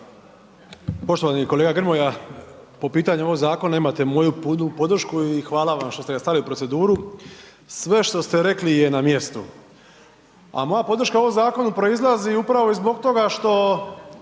Poštovani kolega Grmoja po pitanju ovoga zakona imate moju puno podršku i hvala vam što ste ga stavili u proceduru. Sve što ste rekli je na mjestu. A moja podrška ovom zakonu proizlazi upravo i zbog toga što